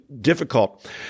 difficult